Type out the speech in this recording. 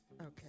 Okay